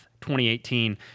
2018